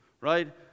right